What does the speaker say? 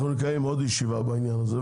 אנחנו נקיים עוד ישיבה בעניין הזה,